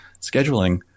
scheduling